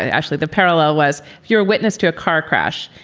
actually, the parallel was you're a witness to a car crash.